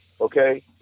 okay